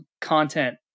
content